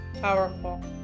powerful